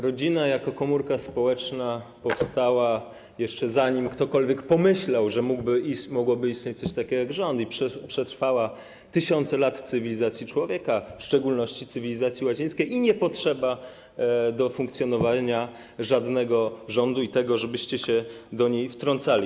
Rodzina jako komórka społeczna powstała jeszcze zanim ktokolwiek pomyślał, że mogłoby istnieć coś takiego jak rząd, i przetrwała tysiące lat cywilizacji człowieka, w szczególności cywilizacji łacińskiej, i nie potrzeba do jej funkcjonowania żadnego rządu, tego, żebyście się do niej wtrącali.